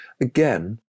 again